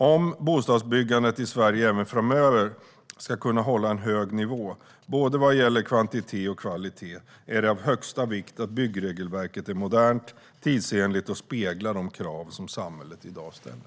Om bostadsbyggandet i Sverige även framöver ska kunna hålla en hög nivå, både vad gäller kvantitet och kvalitet, är det av högsta vikt att byggregelverket är modernt och tidsenligt och speglar de krav som samhället i dag ställer.